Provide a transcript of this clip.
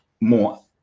More